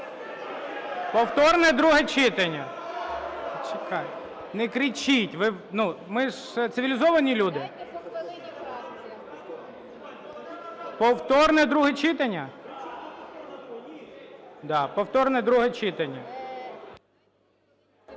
Повторне друге читання?